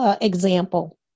example